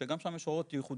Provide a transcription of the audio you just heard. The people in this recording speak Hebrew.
שגם שם יש הוראות ייחודיות